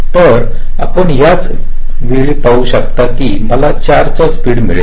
तर आपण त्याच वेळी पाहू शकता की मला 4 चा स्पीड मिळेल